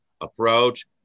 approach